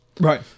Right